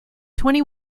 twenty